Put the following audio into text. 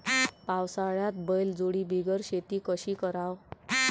पावसाळ्यात बैलजोडी बिगर शेती कशी कराव?